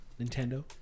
nintendo